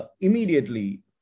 immediately